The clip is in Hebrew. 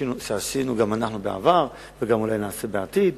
שעשינו גם אנחנו בעבר, ואולי גם נעשה בעתיד.